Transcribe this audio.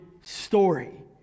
story